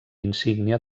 insígnia